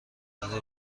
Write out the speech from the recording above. برای